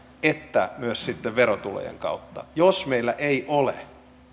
että myös sitten verotulojen kautta jos meillä ei ole